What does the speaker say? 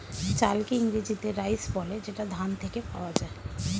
চালকে ইংরেজিতে রাইস বলে যেটা ধান থেকে পাওয়া যায়